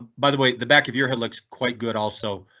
by the way, the back of your head looks quite good. also,